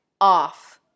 off